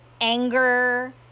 anger